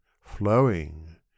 flowing